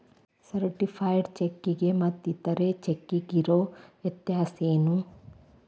Certified ಚೆಕ್ಕಿಗೆ ಮತ್ತ್ ಇತರೆ ಚೆಕ್ಕಿಗಿರೊ ವ್ಯತ್ಯಸೇನು?